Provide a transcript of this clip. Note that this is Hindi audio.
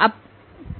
हैं